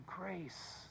grace